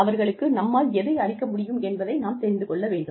அவர்களுக்கு நம்மால் எதை அளிக்க முடியும் என்பதை நாம் தெரிந்து கொள்ள வேண்டும்